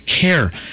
care